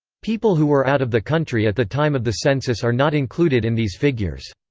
people who were out of the country at the time of the census are not included in these figures.